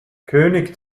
könig